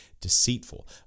deceitful